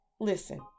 listen